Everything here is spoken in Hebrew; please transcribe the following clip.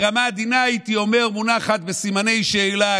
ברמה עדינה הייתי אומר שהיא עם סימני שאלה,